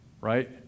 right